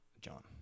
John